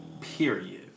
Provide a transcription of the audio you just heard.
Period